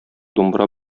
думбра